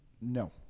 No